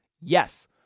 yes